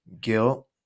guilt